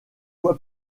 voie